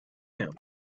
him